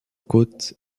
côte